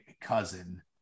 cousin